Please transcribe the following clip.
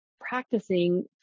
practicing